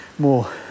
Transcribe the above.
more